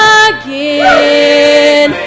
again